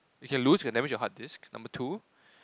you can lose and damage your hard disk number two